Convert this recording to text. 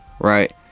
right